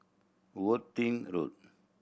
Worthing Road